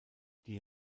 die